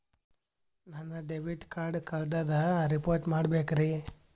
ನನ್ನ debit card ಕಳ್ದದ report ಮಾಡಬೇಕ್ರಿ